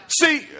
See